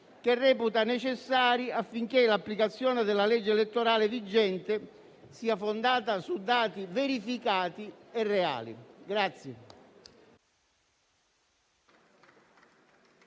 che reputa necessari affinché l'applicazione della legge elettorale vigente sia fondata su dati verificati e reali. ORDINI